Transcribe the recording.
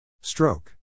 Stroke